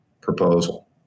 proposal